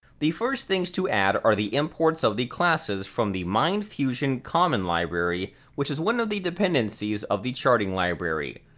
the first thing to add are the imports of the classes from the mindfusion-common library, which is one of the dependences of the charting library.